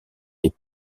les